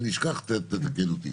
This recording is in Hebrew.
אם אני אשכח תתקן אותי